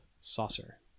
saucer